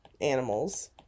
animals